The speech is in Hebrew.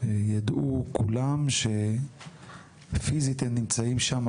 ידעו כולם שפיזית הם נמצאים שם,